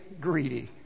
greedy